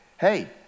Hey